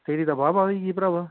तेरी ते वाह वाह होई गेई भ्रावा